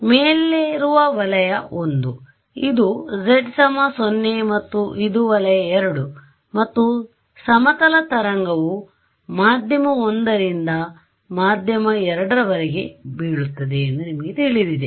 ಇಲ್ಲಿ ಮೇಲಿರುವ ವಲಯ 1 ಇದು z 0 ಮತ್ತು ಇದು ವಲಯ 2 ಮತ್ತು ಸಮತಲ ತರಂಗವು ಮಾಧ್ಯಮ 1 ರಿಂದ ಮಾಧ್ಯಮ 2 ರವರೆಗೆ ಬೀಳುತ್ತದೆ ಎಂದು ನಿಮಗೆ ತಿಳಿದಿದೆ